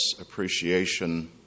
appreciation